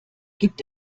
gibt